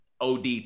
OD